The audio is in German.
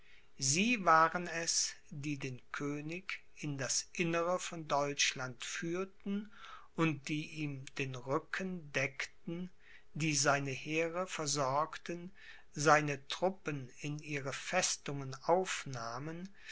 sie waren es die den könig in das innere von deutschland führten und die ihm den rücken deckten die seine heere versorgten seine truppen in ihre festungen aufnahmen